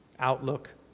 outlook